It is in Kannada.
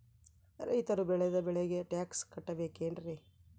ರೈತರು ಬೆಳೆದ ಬೆಳೆಗೆ ಟ್ಯಾಕ್ಸ್ ಕಟ್ಟಬೇಕೆನ್ರಿ?